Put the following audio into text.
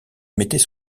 mettait